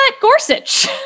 gorsuch